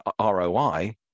ROI